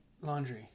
laundry